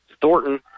Thornton